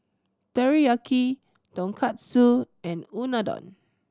Teriyaki Tonkatsu and Unadon